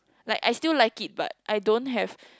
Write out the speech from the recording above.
like I still like it but I don't have